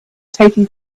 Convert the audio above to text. taking